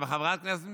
אבל חברת כנסת ממרצ,